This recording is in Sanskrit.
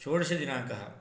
षोडशदिनाङ्कः